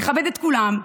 לכבד את כולם.